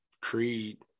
Creed